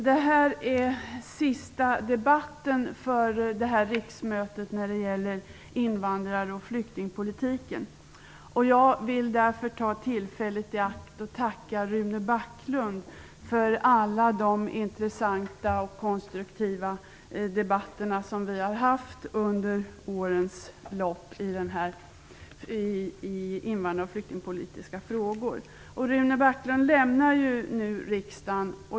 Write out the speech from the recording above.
Fru talman! Det här är detta riksmötes sista debatt när det gäller invandrar och flyktingpolitiken. Jag vill därför ta tillfället i akt och tacka Rune Backlund för alla de intressanta och konstruktiva debatter som vi har haft under årens lopp i invandrar och flyktingpolitiska frågor. Rune Backlund lämnar nu riksdagen.